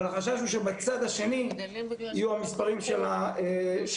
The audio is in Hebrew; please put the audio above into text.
אבל החשש הוא שבצד השני יהיו המספרים של הנשירה.